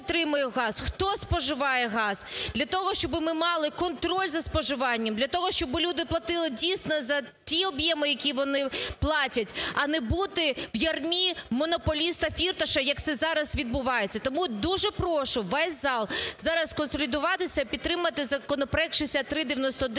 хто споживає газ, для того, щоби ми мали контроль за споживанням, для того, щоби люди платили дійсно за ті об'єми, які вони платять, а не бути в ярмі монополіста Фірташа, як це зараз відбувається. Тому дуже прошу весь зал зараз консолідуватися і підтримати законопроект 6391-1.